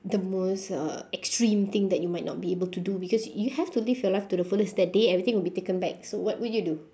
the most uh extreme thing that you might not be able to do because you have to live your life to the fullest that day everything will be taken back so what will you do